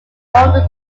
under